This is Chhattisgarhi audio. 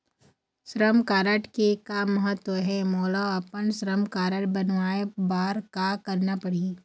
श्रम कारड के का महत्व हे, मोला अपन श्रम कारड बनवाए बार का करना पढ़ही?